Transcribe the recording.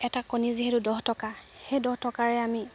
এটা কণী যিহেতু দহ টকা সেই দহ টকাৰে আমি